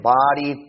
body